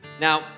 Now